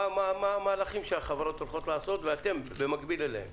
מה המהלכים שהחברות הולכות לעשות ואתם במקביל אליהן.